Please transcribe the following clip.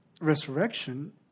resurrection